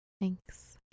Thanks